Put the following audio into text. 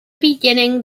beginning